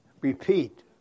repeat